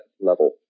level